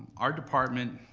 our department,